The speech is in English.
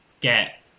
get